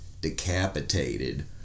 decapitated